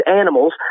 animals